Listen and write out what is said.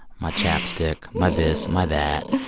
my chapstick, my this, my that.